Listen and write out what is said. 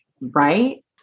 Right